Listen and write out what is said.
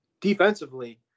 Defensively